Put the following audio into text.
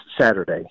Saturday